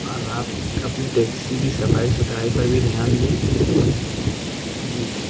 اور آپ اپنی ٹیکسی کی صفائی ستھرائی پر بھی دھیان دیں جی